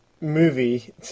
movie